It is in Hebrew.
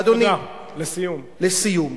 לסיום.